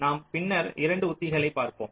நாம் பின்னர் இரண்டு உத்திகளை பார்ப்போம்